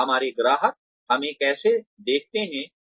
और हमारे ग्राहक हमें कैसे देखते हैं